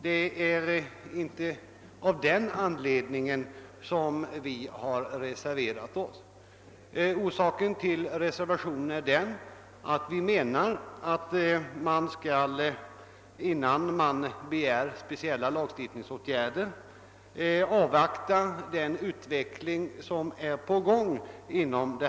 Det är inte av den anledningen som vi har reserverat oss. Anledningen till reservationen är att vi menar att innan man begär speciella lagstiftningsåtgärder bör man avvakta den utveckling som pågår på detta område.